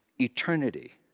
eternity